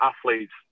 athletes